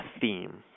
theme